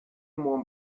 more